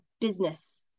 business